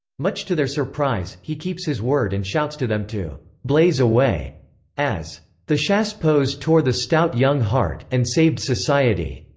much to their surprise, he keeps his word and shouts to them to blaze away as the chassepots tore the stout young heart, and saved society.